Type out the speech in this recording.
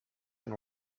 and